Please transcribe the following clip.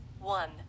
one